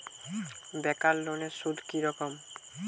বেকার লোনের সুদ কি রকম?